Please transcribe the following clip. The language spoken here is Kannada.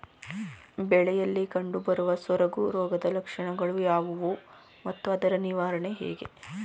ಬೆಳೆಯಲ್ಲಿ ಕಂಡುಬರುವ ಸೊರಗು ರೋಗದ ಲಕ್ಷಣಗಳು ಯಾವುವು ಮತ್ತು ಅದರ ನಿವಾರಣೆ ಹೇಗೆ?